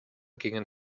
gingen